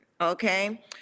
Okay